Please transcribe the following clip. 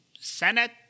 senate